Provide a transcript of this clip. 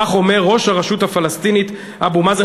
כך אומר ראש הרשות הפלסטינית אבו מאזן.